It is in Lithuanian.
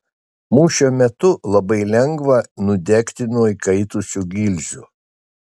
mūšio metu labai lengva nudegti nuo įkaitusių gilzių